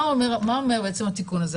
מה אומר התיקון הזה?